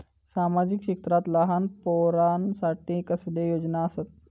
सामाजिक क्षेत्रांत लहान पोरानसाठी कसले योजना आसत?